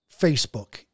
Facebook